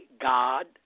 God